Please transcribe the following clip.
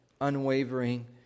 unwavering